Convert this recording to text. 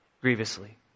grievously